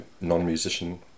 non-musician